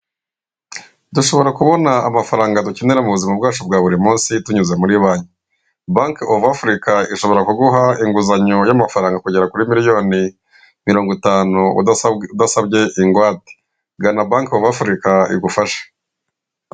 Dushobora kubona amafaranga dukenera mu buzima bwacu bwa buri munsi tunyuze muri banki. Banki ovu Afurika, ishobora kuguha inguzanyo y'amafaranga kugera kuri miliyoni mirongo itanu udasabwe ingwate. Gana banki ovu Afurika igufashe.